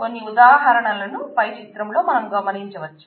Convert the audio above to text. కొన్ని ఉదాహారణలను పై చిత్రంలో మనం గమనించవచ్చు